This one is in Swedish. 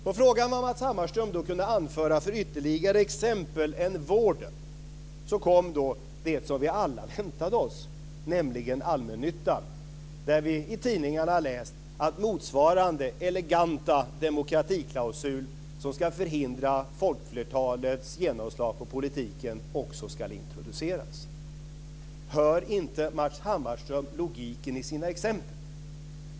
På frågan vilka andra exempel än vården som Matz Hammarström kunde anföra så kom då det som vi alla väntade oss, nämligen allmännyttan, där vi i tidningarna har läst att motsvarande eleganta demokratiklausul som ska förhindra folkflertalets genomslag på politiken också ska introduceras. Hör inte Matz Hammarström logiken i sina exempel?